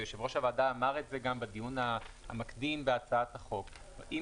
ויושב-ראש הוועדה אמר את זה גם בדיון המקדים בהצעת החוק אם